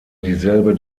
dieselbe